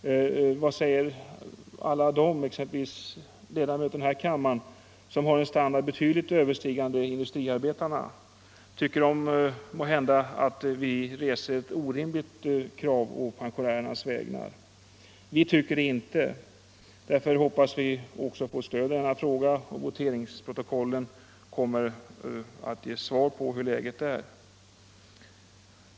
Vad säger alla de — exempelvis ledamöterna i denna kammare —- som har en standard betydligt överstigande industriarbetarnas? Tycker de måhända att vi reser ett orimligt krav på pensionärernas vägnar? Vi tycker det inte. Därför hoppas vi få stöd i denna fråga, och voteringsprotokollen kommer att ge besked om hur läget är.